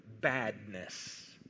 badness